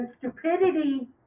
stupidity